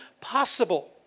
possible